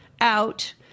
out